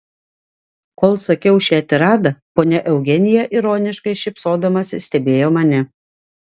kol sakiau šią tiradą ponia eugenija ironiškai šypsodamasi stebėjo mane